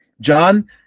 John